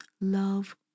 love